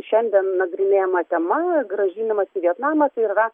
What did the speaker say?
šiandien nagrinėjama tema grąžinimas į vietnamą tai ir yra